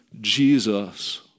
Jesus